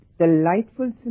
Delightful